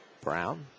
Brown